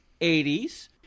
80s